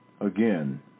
again